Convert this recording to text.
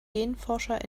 genforscher